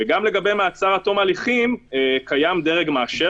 גם לגבי מעצר עד תום ההליכים קיים דרג מאשר.